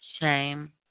shame